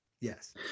Yes